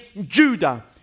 Judah